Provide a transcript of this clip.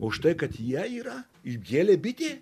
už tai kad jie yra įgėlė bitė